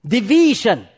Division